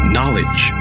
Knowledge